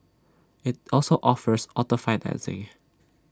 IT also offers auto financing